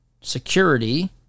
security